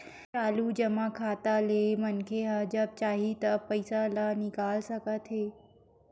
चालू जमा खाता ले मनखे ह जब चाही तब पइसा ल निकाल सकत हे